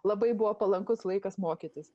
labai buvo palankus laikas mokytis